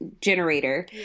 generator